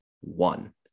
one